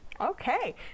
Okay